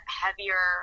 heavier